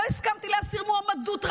לא הסכמתי להסיר מועמדות.